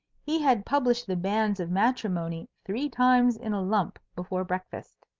he had published the banns of matrimony three times in a lump before breakfast.